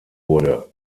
wurde